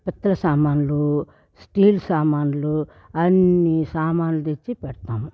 సామాన్లు స్టీల్ సామాన్లు అన్ని సామాన్లు తెచ్చి పెడ్తాము